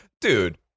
Dude